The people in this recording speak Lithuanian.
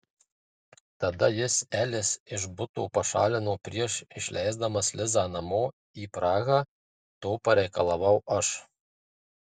tada jis elis iš buto pašalino prieš išleisdamas lizą namo į prahą to pareikalavau aš